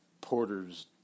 Porter's